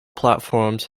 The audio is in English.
platforms